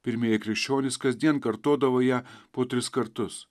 pirmieji krikščionys kasdien kartodavo ją po tris kartus